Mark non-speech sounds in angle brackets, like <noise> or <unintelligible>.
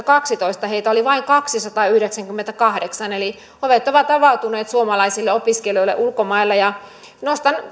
<unintelligible> kaksitoista heitä oli vain kaksisataayhdeksänkymmentäkahdeksan eli ovet ovat avautuneet suomalaisille opiskelijoille ulkomailla